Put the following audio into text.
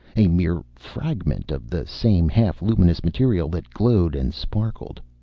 a mere fragment of the same half-luminous material that glowed and sparkled.